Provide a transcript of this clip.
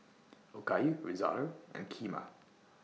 Okayu Risotto and Kheema